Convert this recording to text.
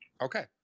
okay